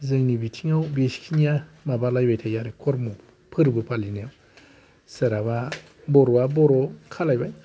जोंनि बिथिङाव बेसे खिनिया माबा लायबाय थायो आरो खर्म'आ फोर्बो फालिनायआव सोरहाबा बर'आ बर' खालायबाय